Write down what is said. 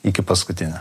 iki paskutinio